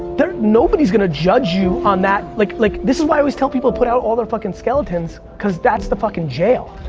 nobody's gonna judge you on that, like, like this is why i always tell people, put out all their fucking skeletons, cause that's the fucking jail.